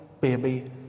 baby